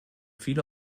viele